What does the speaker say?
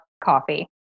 coffee